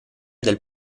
del